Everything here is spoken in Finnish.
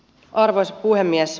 arvoisa puhemies